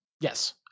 yes